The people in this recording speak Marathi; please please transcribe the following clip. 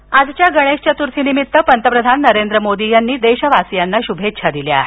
मोदी आजच्या गणेश चतुर्थीनिमित्त पंतप्रधान नरेंद्र मोदी यांनी देशवासियांना शुभेच्छा दिल्या आहेत